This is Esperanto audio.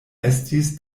estis